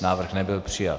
Návrh nebyl přijat.